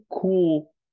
cool